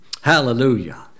Hallelujah